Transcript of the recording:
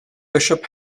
bishop